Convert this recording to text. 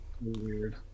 weird